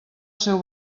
seu